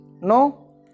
no